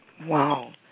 Wow